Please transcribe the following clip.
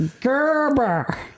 Gerber